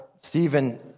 Stephen